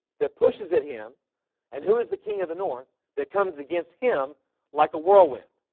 that pushes at him and who is the king of the north that comes against him like a whirlwind?